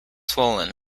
swollen